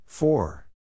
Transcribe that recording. Four